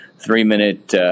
Three-minute